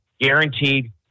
guaranteed